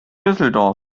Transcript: düsseldorf